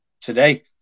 today